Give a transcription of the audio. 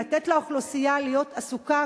לתת לאוכלוסייה להיות עסוקה,